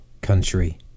country